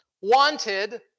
wanted